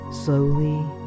slowly